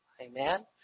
Amen